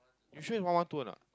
you sure you one one two or not